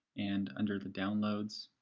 and under the downlaods,